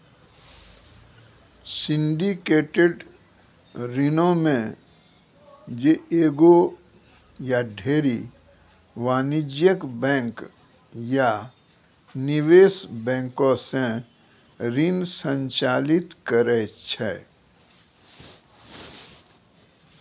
syndicated ऋणो मे जे एगो या ढेरी वाणिज्यिक बैंक या निवेश बैंको से ऋण संचालित करै छै